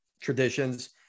traditions